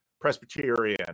Presbyterian